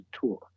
tour